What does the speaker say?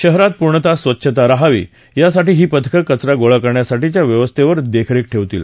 शहरात पूर्णतः स्वच्छता राहावी यासाठी ही पथक कचरा गोळा करण्यासाठीच्या व्यवस्थेवर देखरेख ठेवतील